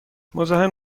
مزاحم